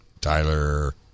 Tyler